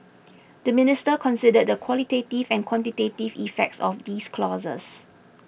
the Minister considered the qualitative and quantitative effects of these clauses